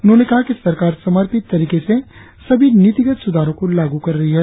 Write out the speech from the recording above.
उन्होंने कहा कि सरकार समर्पित तरीके से सभी नीतिगत सुधारों को लागू कर रही है